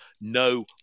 No